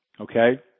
Okay